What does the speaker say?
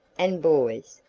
and boys,